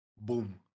Boom